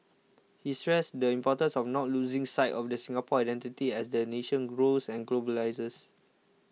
he stresses the importance of not losing sight of the Singapore identity as the nation grows and globalises